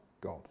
God